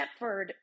Stepford